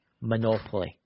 Monopoly